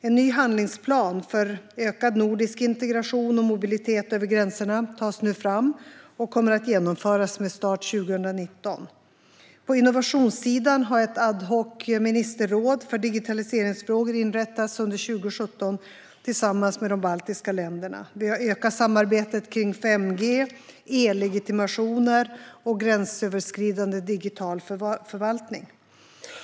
En ny handlingsplan för ökad nordisk integration och mobilitet över gränserna tas nu fram och kommer att genomföras med start 2019. På innovationssidan har ett ad hoc-ministerråd för digitaliseringsfrågor inrättats under 2017 tillsammans med de baltiska länderna. Vi har ökat samarbetet när det gäller 5G, e-legitimationer och gränsöverskridande digital förvaltning.